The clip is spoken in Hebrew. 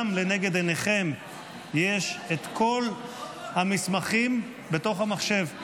גם לנגד עיניכם יש את כל המסמכים בתוך המחשב.